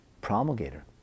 promulgator